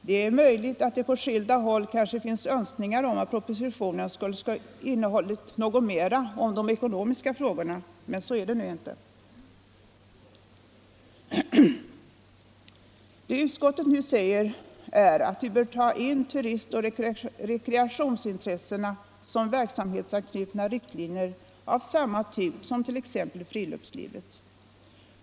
Det är möjligt att det på skilda håll finns önskningar om att propositionen skulle ha innehållit något mer om de ekonomiska frågorna — men så är nu inte fallet. Utskottet säger nu att vi bör ge turistoch rekreationsintressena verksamhetsanknutna riktlinjer av samma typ som t.ex. friluftslivets.